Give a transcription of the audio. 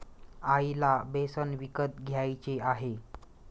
आईला बेसन विकत घ्यायचे आहे